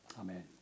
Amen